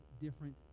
different